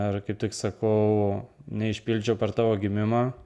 ir kaip tik sakau neišpildžiau per tavo gimimą